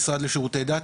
המשרד לשירותי דת,